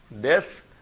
death